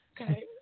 Okay